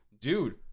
dude